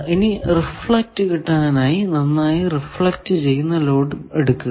ഇനി റിഫ്ലക്ട് കിട്ടാനായി നന്നായി റിഫ്ലക്ട് ചെയ്യുന്ന ലോഡ് എടുക്കുക